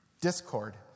Discord